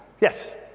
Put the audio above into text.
yes